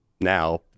now